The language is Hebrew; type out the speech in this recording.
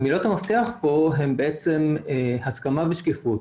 מילות המפתח פה הן הסכמה ושקיפות.